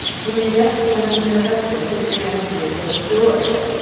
who had just come with her husband to bring us news of george.